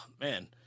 man